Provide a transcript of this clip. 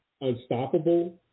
unstoppable